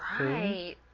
Right